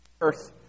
earth